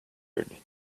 heard